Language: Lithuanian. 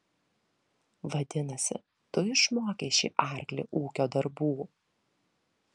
vadinasi tu išmokei šį arklį ūkio darbų